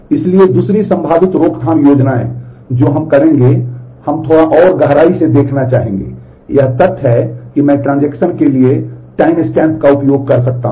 इसलिए दूसरी संभावित रोकथाम योजनाएं जो हम करेंगे हम थोड़ा और गहराई से देखना चाहेंगे यह तथ्य है कि मैं ट्रांजेक्शन का उपयोग कर सकता हूं